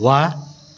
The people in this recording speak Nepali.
वाह